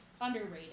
underrated